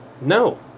No